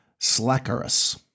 Slackerus